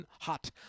Hot